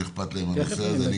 שאכפת להם מהנושא הזה.